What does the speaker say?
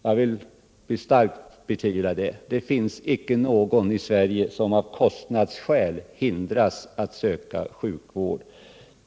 Jag vill starkt betvivla det. Det finns icke någon i Sverige som av kostnadsskäl hindras att söka sjukvård.